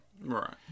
Right